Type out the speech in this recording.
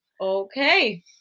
Okay